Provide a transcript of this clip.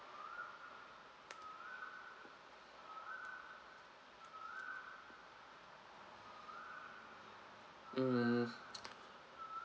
mm